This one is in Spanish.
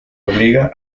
obliga